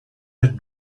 had